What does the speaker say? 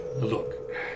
Look